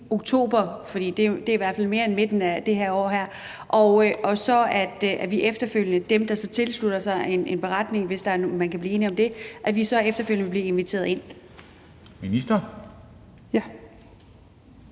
for det er i hvert fald mere end midten af det her år, og at vi så efterfølgende – dem, der tilslutter sig en beretning, hvis man kan blive enige om det – vil blive inviteret ind. Kl.